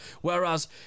Whereas